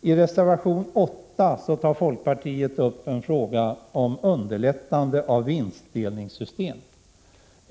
I reservation 8 tar folkpartiet upp frågan om underlättande av vinstdelningssystem.